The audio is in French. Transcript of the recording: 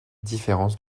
différences